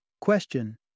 question